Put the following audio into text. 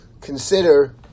consider